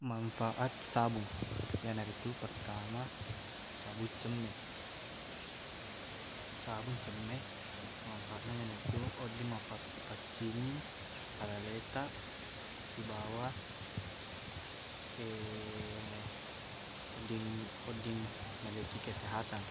Manfaat sabung iyanaritu pertama sabung cemme sabung cemme manfaatna iyanatu wedding map- mappaccingi alaletaq sibawa wedding- wedding malekkiq kesehatan